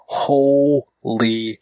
holy